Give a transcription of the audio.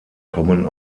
kommen